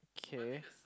okay